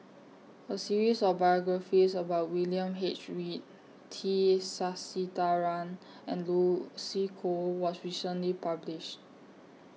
A series of biographies about William H Read T Sasitharan and Lucy Koh was recently published